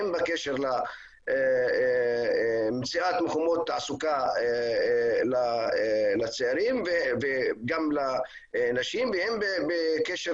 הן בקשר למציאת מקומות תעסוקה לצעירים וגם לנשים והן בקשר